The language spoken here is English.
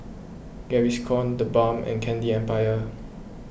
Gaviscon the Balm and Candy Empire